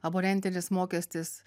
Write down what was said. abonentinis mokestis